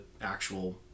actual